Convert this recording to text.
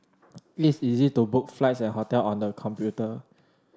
it is easy to book flights and hotel on the computer